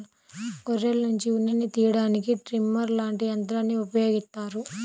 గొర్రెల్నుంచి ఉన్నిని తియ్యడానికి ట్రిమ్మర్ లాంటి యంత్రాల్ని ఉపయోగిత్తారు